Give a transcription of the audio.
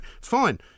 Fine